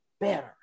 better